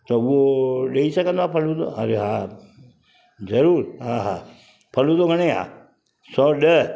त उहो ॾेई सघंदा फलूदा अरे हा जरूर हा हा फलूदो घणे आहे सौ ॾह